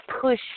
push